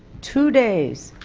two days